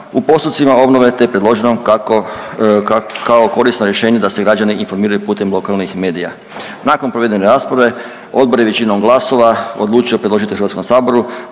u postupcima obnove, te je predloženo kako, kao korisno rješenje da se građani informiraju putem lokalnih medija. Nakon provedene rasprave odbor je većinom glasova odlučio predložiti HS da